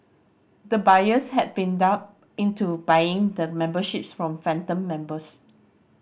the buyers had been duped into buying the memberships from phantom members